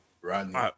Rodney